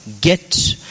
get